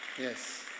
Yes